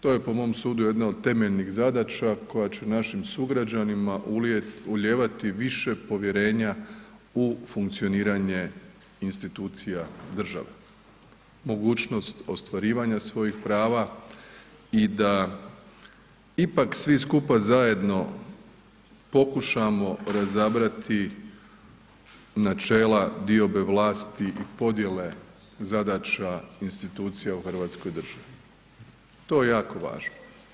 To je po mom sudu jedna od temeljnih zadaća koja će našim sugrađanima ulijevati više povjerenja u funkcioniranje institucija države, mogućnost ostvarivanja svojih prava i da ipak svi skupa zajedno pokušamo razabrati načela diobe vlasti i podjele zadaća institucija u hrvatskoj državi, to je jako važno.